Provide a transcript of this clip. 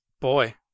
Boy